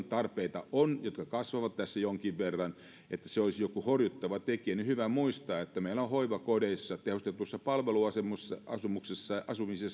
tarpeita jotka kasvavat tässä jonkin verran niin se olisi jokin horjuttava tekijä niin on hyvä muistaa että meillä on hoivakodeissa tehostetussa palveluasumisessa ja